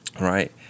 Right